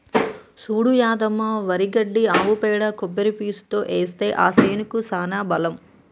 చూడు యాదమ్మ వరి గడ్డి ఆవు పేడ కొబ్బరి పీసుతో ఏస్తే ఆ సేనుకి సానా బలం